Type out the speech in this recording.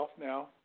now